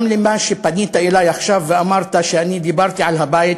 גם על מה שפנית אלי עכשיו ואמרת שאני דיברתי על הבית